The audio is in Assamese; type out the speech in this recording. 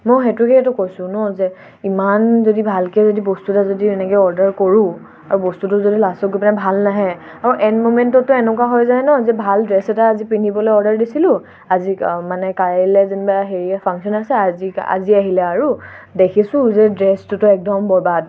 মই সেইটোকেটো কৈছোঁ ন যে ইমান যদি ভালকৈ যদি বস্তু এটা যদি এনেকৈ অৰ্ডাৰ কৰোঁ আৰু বস্তুটো যদি লাষ্টতগৈ পিনে ভাল নাহে আৰু এণ্ড ম'মেণ্টতটো এনেকুৱা হৈ যায় ন যে ভাল ড্ৰেছ এটা আজি পিন্ধিবলৈ অৰ্ডাৰ দিছিলোঁ আজি মানে কাইলৈ যেনিবা হেৰি ফাংচন আছে আজি আজি আহিলে আৰু দেখিছোঁ যে ড্ৰেছটোতো একদম বৰবাদ